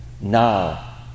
now